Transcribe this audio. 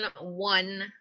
one